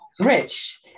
Rich